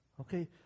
Okay